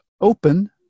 open